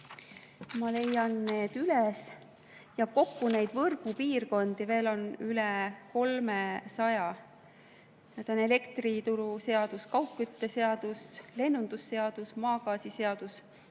ma leian need üles – kokku neid võrgupiirkondi on üle 300 –, need on elektrituruseadus, kaugkütteseadus, lennundusseadus, maagaasiseadus,